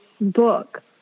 book